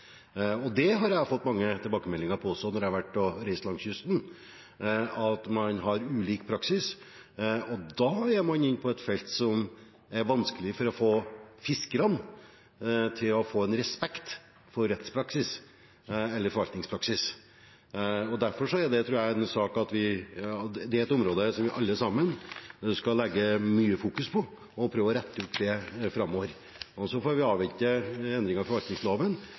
Det har jeg fått mange tilbakemeldinger på når jeg har reist langs kysten, at man har ulik praksis. Da er man inne på et felt der det er vanskelig å få fiskerne til å få en respekt for rettspraksis eller forvaltningspraksis. Derfor tror jeg det er et område som vi alle sammen skal legge stor vekt på å prøve å rette opp framover. Så får vi avvente endringer i forvaltningsloven,